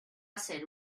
ser